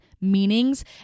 meanings